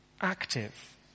active